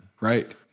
right